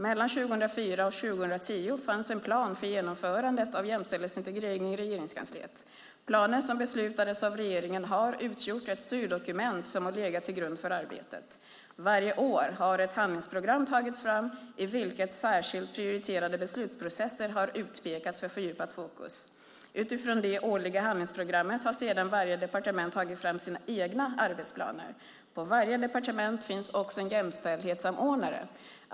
Mellan 2004 och 2010 fanns en plan för genomförandet av jämställdhetsintegrering i Regeringskansliet. Planen, som beslutades av regeringen, har utgjort ett styrdokument som har legat till grund för arbetet. Varje år har ett handlingsprogram tagits fram, i vilket särskilt prioriterade beslutsprocesser har utpekats för fördjupat fokus. Utifrån det årliga handlingsprogrammet har sedan varje departement tagit fram sina egna arbetsplaner. På varje departement finns också en jämställdhetssamordnare.